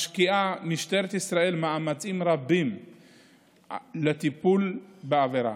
משקיעה משטרת ישראל מאמצים רבים בטיפול בעבירה,